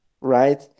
right